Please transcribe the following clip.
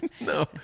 No